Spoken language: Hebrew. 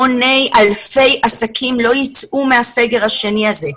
המוני ואלפי עסקים לא יצאו מהסגר השני הזה.